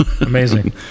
Amazing